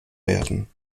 werden